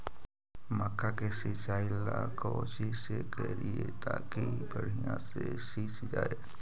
मक्का के सिंचाई ला कोची से करिए ताकी बढ़िया से सींच जाय?